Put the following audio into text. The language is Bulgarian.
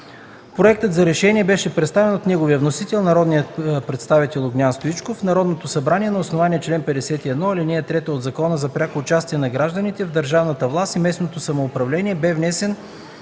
Проектът за решение беше представен от неговия вносител – народният представител Огнян Стоичков. В Народното събрание на основание чл. 51, ал. 3 от Закона за пряко участие на гражданите в държавната власт и местното самоуправление бе внесена